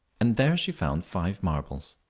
and there she found five marbles.